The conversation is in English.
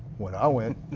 when i went,